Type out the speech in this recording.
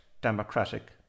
democratic